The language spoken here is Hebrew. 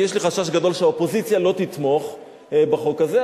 כי יש לי חשש גדול שהאופוזיציה לא תתמוך בחוק הזה.